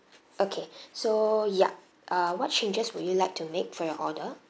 okay so ya uh what changes would you like to make for your order